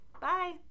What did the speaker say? Bye